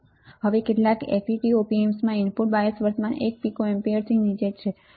હવે કેટલાક FET op amps માં ઇનપુટ બાયસ વર્તમાન 1 પીકો એમ્પીયરથી નીચે છે